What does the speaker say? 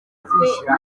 kwishyira